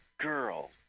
girl